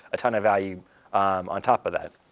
a ton of value on top of that.